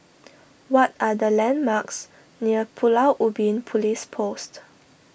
what are the landmarks near Pulau Ubin Police Post